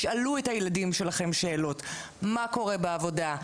הם יכולים לשאול את הילדים שלהם שאלות מה קורה בעבודה,